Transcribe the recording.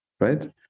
right